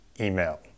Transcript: email